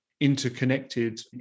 interconnected